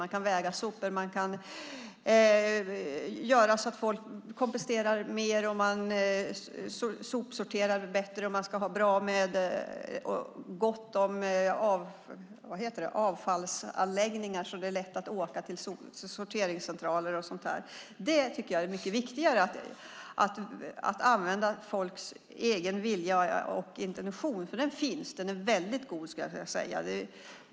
Man kan väga sopor, göra så att folk komposterar mer och sopsorterar bättre, se till att det finns gott om avfallsanläggningar som det är lätt att åka till, sorteringscentraler och sådant. Jag tycker att det är mycket viktigare att använda folks egen vilja och intention, för den finns. Den är väldigt god skulle jag vilja säga.